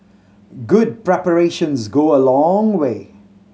good preparations go a long way